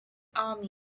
army